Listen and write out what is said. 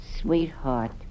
Sweetheart